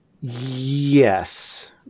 Yes